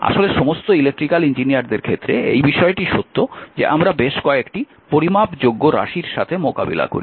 আসলে সমস্ত ইলেক্ট্রিক্যাল ইঞ্জিনিয়ারদের ক্ষেত্রে এই বিষয়টি সত্য যে আমরা বেশ কয়েকটি পরিমাপযোগ্য রাশির সাথে মোকাবিলা করি